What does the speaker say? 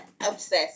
Obsessed